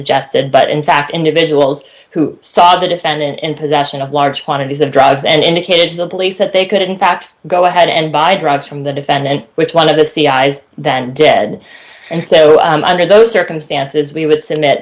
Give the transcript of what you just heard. suggested but in fact individuals who saw the defendant in possession of large quantities of drugs and indicated to the police that they could in fact go ahead and buy drugs from the defendant which one of it's the eyes that dead and so under those circumstances we would submit that